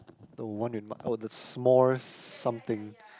the one in oh the small something